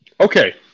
Okay